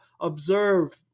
observe